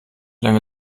lange